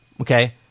okay